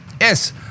Yes